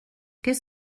qu’est